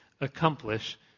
accomplish